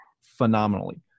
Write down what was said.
phenomenally